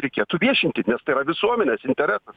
reikėtų viešinti nes tai yra visuomenės interesas